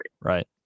Right